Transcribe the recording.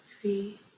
three